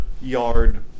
yard